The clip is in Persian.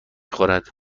خورد